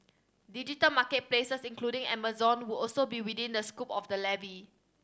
digital market places including Amazon would also be within the scope of the levy